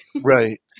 Right